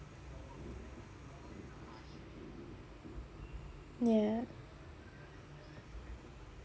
ya